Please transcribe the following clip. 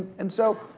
and so,